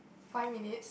five minutes